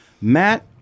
Matt